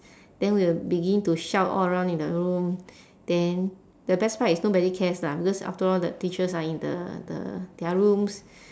then we will begin to shout all around in the room then the best part is nobody cares lah because after all the teachers are in the the their rooms